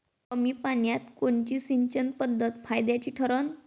कमी पान्यात कोनची सिंचन पद्धत फायद्याची ठरन?